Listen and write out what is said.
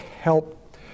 help